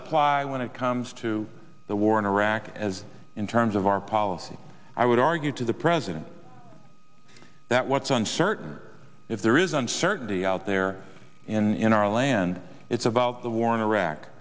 apply when it comes to the war in iraq as in terms of our policy i would argue to the president that what's uncertain if there is uncertainty out there in our land it's about the war in iraq